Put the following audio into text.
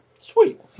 Sweet